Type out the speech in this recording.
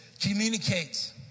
communicates